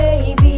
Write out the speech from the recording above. baby